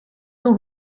nog